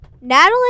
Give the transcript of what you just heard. Natalie